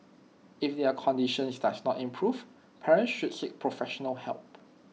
if their conditions does not improve parents should seek professional help